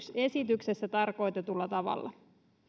esityksessä tarkoitetulla tavalla